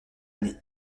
année